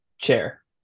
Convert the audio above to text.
Chair